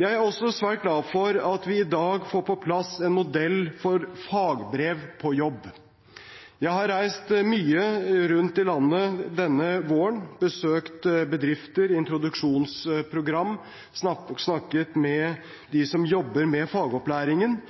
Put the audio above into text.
Jeg er også svært glad for at vi i dag får på plass en modell for fagbrev på jobb. Jeg har reist mye rundt i landet denne våren og besøkt bedrifter og introduksjonsprogram. Jeg har snakket med dem som jobber med fagopplæringen.